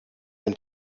him